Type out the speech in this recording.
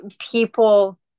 people